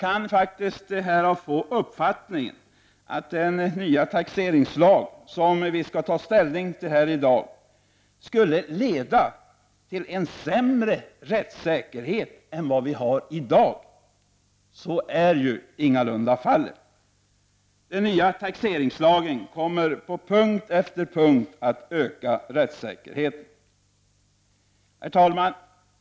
Man kan härav få uppfattningen att den nya taxeringslag som vi skall ta ställning till i dag skulle leda till en sämre rättssäkerhet än vi har i dag. Så är ingalunda fallet. Den nya taxeringslagen kommer på punkt efter punkt att öka rättssäkerheten. Herr talman!